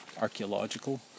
archaeological